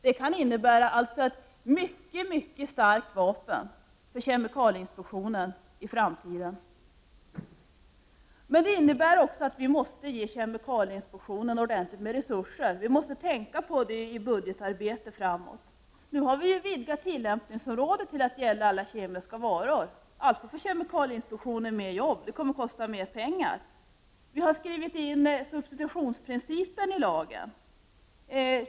Det kan bli ett mycket starkt vapen för kemikalieinspektionen i framtiden. Det innebär också att vi måste ge kemikalieinspektionen ordentligt med resurser. Vi måste tänka på detta i budgetarbetet framöver. Nu har vi ju vidgat tillämpningsområdet till att gälla alla kemiska varor, alltså får kemikalieinspektionen mer att göra. Det kommer att kosta mer. Vi skriver in substitutionsprincipen i lagen.